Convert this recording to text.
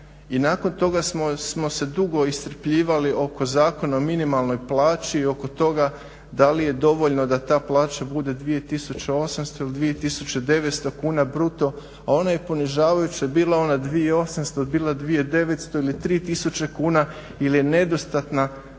nakon toga smo se dugo iscrpljivali oko Zakona o minimalnoj plaći i oko toga da li je dovoljno da ta plaća bude 2800 ili 2900 kuna bruto, a ono je ponižavajuće bila ona 2800, bila 2900 ili 3000 kuna ili je nedostatna